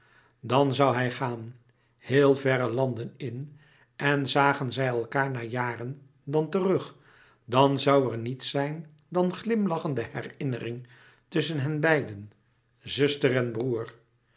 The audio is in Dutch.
dan zoû hij gaan heel verre landen in en zagen zij elkaâr na jaren dan terug dan zoû er niets zijn dan glimlachende herinnering tusschen henbeiden zuster en broêr